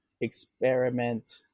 experiment